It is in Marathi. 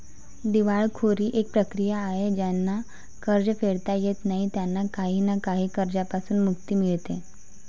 दिवाळखोरी एक प्रक्रिया आहे ज्यांना कर्ज फेडता येत नाही त्यांना काही ना काही कर्जांपासून मुक्ती मिडते